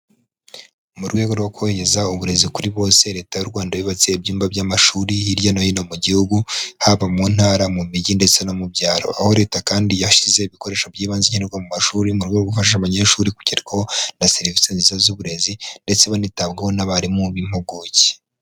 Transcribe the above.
Mu rwego rwo kugereza uburezi kuri bose leta y'u Rwanda yubatse ibyumba by'amashuri hirya no hino mu gihugu, haba mu ntara, mu mijyi, ndetse no mu byaro, aho leta kandi yashyize ibikoresho by'ibanze nkenerwa mu mashuri mu rwego rwo gufasha abanyeshuri kugerwaho na serivisi nziza z'uburezi, ndetse banitabwaho n'abarimu b'impuguke.